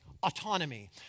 autonomy